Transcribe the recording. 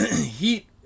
Heat